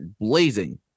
blazing